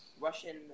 Russian